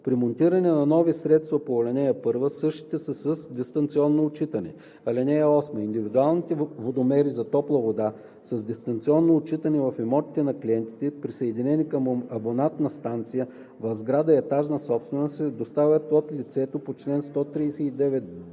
При монтиране на нови средства по ал. 1 същите са с дистанционно отчитане. (8) Индивидуалните водомери за топла вода с дистанционно отчитане в имотите на клиентите, присъединени към абонатна станция в сграда – етажна собственост, се доставят от лицето по чл. 139б